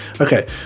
Okay